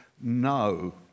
no